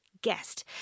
guest